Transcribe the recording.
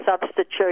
substitute